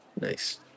Nice